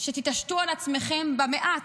שתתעשתו על עצמכם במעט.